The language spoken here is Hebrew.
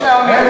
יש לאום יהודי.